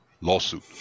lawsuit